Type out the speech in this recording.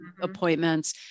appointments